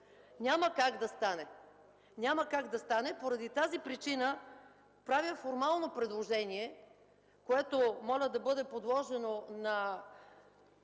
Няма как да стане. Няма как да стане и поради тази причина правя формално предложение, което моля да бъде подложено на